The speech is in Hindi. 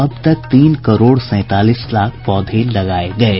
अब तक तीन करोड़ सैंतालीस लाख पौधे लगाये गये